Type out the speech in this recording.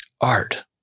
Art